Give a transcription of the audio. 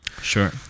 Sure